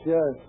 Yes